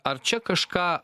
ar čia kažką